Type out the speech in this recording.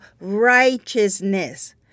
righteousness